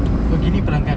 kau gini pelanggan